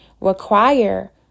require